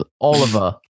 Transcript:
Oliver